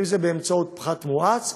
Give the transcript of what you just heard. אם זה באמצעות פחת מואץ,